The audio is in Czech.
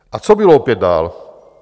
A co bylo opět dál?